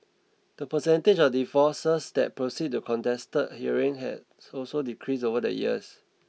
the percentage of divorces that proceed to contested hearings has also decreased over the years